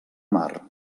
mar